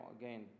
again